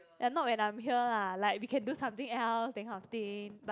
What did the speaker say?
and not when I'm here lah like we can do something else that kind of thing but